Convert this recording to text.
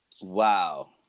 Wow